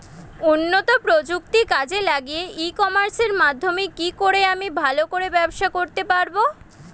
উন্নত প্রযুক্তি কাজে লাগিয়ে ই কমার্সের মাধ্যমে কি করে আমি ভালো করে ব্যবসা করতে পারব?